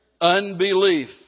unbelief